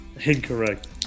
incorrect